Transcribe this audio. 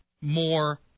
more